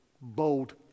bold